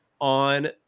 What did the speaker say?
on